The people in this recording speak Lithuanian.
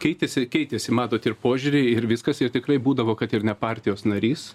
keitėsi keitėsi matot ir požiūriai ir viskas ir tikrai būdavo kad ir ne partijos narys